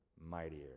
mightier